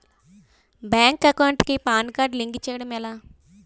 Bank account కి PAN card link చేయడం ఎలా?